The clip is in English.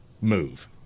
move